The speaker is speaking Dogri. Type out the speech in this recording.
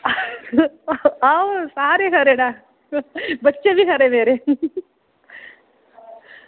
आओ सारे खरे न बच्चे बी खरे मेरे